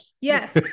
Yes